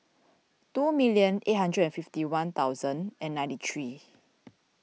two million eight hundred and fifty one thousand and ninety three